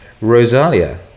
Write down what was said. Rosalia